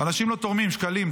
אנשים לא תורמים שקלים.